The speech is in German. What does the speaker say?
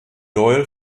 doyle